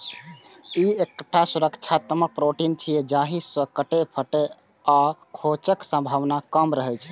ई एकटा सुरक्षात्मक प्रोटीन छियै, जाहि सं कटै, फटै आ खोंचक संभावना कम रहै छै